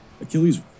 Achilles